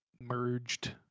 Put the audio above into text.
merged